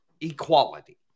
equality